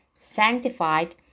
sanctified